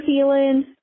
feeling